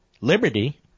liberty